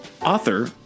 author